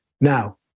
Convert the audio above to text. Now